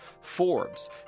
Forbes